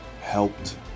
helped